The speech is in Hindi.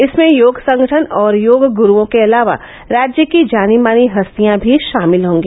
इसमें योग संगठन और योग गुरूओं के अलावा राज्य की जानी मानी हस्तियां भी शामिल होंगी